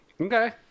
Okay